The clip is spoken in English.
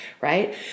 right